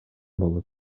болот